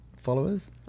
followers